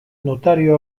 notario